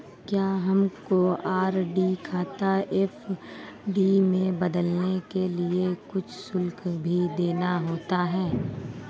क्या हमको आर.डी खाता एफ.डी में बदलने के लिए कुछ शुल्क भी देना होता है?